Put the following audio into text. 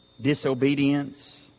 disobedience